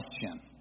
question